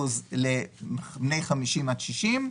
50 עד 60,